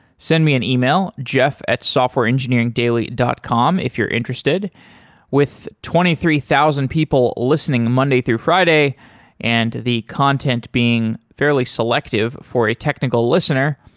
send me an e-mail jeff at softwareengineeringdaily dot com if you're interested with twenty three thousand people listening monday through friday and the content being fairly selective for a technical listener,